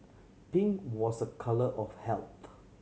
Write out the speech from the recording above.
pink was a colour of health